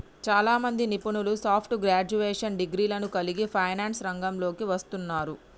చాలామంది నిపుణులు soft graduation డిగ్రీలను కలిగి ఫైనాన్స్ రంగంలోకి వస్తున్నారు